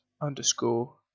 underscore